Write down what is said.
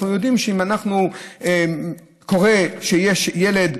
אנחנו יודעים שאם קורה שיש ילד,